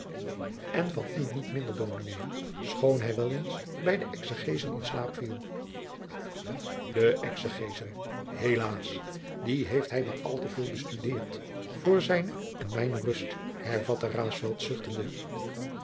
en van u niet minder dominé schoon hij wel eens bij de exegesen in slaap viel de exegesen helaas die heeft hij maar al te veel bestudeerd voor zijne en mijne rust hervatte